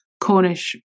Cornish